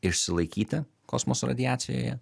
išsilaikyti kosmoso radiacijoje